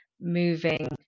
moving